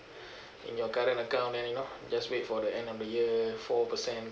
in your current account then you know just wait for the end of the year four percent